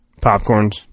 popcorns